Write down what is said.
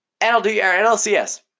NLCS